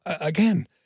again-